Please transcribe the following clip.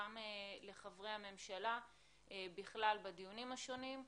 גם לחברי הממשלה בדיונים השונים,